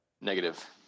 Negative